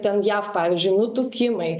ten jav pavyzdžiui nutukimai